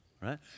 right